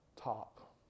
top